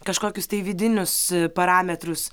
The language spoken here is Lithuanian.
kažkokius tai vidinius parametrus